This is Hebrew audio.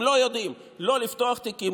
הם לא יודעים לפתוח תיקים,